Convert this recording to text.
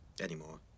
anymore